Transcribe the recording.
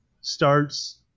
starts